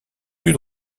plus